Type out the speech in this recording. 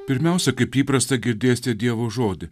pirmiausia kaip įprasta girdėste dievo žodį